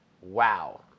Wow